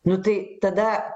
nu tai tada